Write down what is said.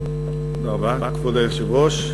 תודה רבה, כבוד היושב-ראש.